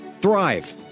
Thrive